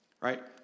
Right